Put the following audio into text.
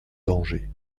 danger